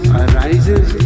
arises